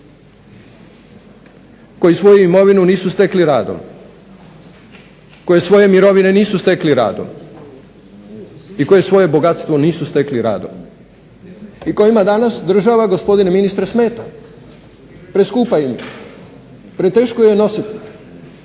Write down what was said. koji svoju imovinu nisu stekli radom, koje svoje mirovine nisu stekli radom i koji svoje bogatstvo nisu stekli radom i kojima danas država gospodine ministre smeta, preskupa im je, preteško je nositi.